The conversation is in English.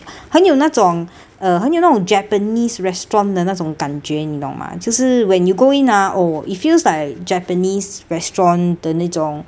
很有那种 uh 很有那种 japanese restaurant 的那种感觉你懂吗就是 when you go in ah oh it feels like japanese restaurant 的那种